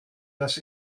das